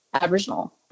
Aboriginal